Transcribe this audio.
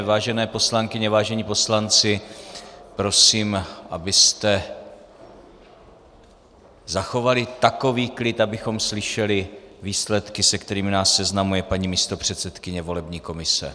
Vážené poslankyně, vážení poslanci, prosím, abyste zachovali takový klid, abychom slyšeli výsledky, se kterými nás seznamuje paní místopředsedkyně volební komise.